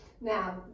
Now